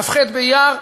בכ"ח באייר,